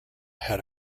had